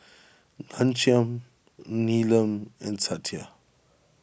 Ghanshyam Neelam and Satya